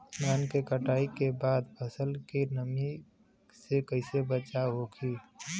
धान के कटाई के बाद फसल के नमी से कइसे बचाव होखि?